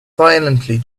violently